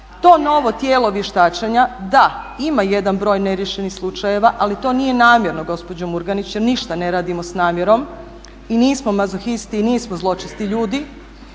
To novo tijelo vještačenja, da, ima jedan broj neriješenih slučajeva ali to nije namjerno gospođo Murganić, jer ništa ne radimo s namjerom i nismo mazohisti i nismo zločesti ljudi.